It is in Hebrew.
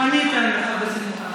אני אתן לך בשמחה.